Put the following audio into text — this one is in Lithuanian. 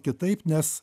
kitaip nes